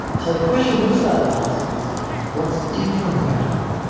so the question we started asking is what's different about them?